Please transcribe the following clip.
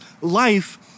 life